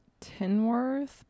tinworth